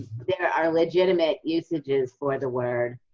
there are legitimate usages for the word,